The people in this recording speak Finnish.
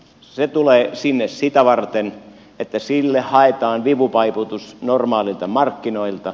se tulee sinne sitä varten että sille haetaan vipuvaikutus normaaleilta markkinoilta